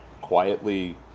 quietly